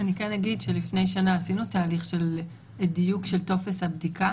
לפני שנה עשינו תהליך של דיוק של טופס הבדיקה